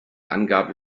angabe